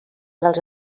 dels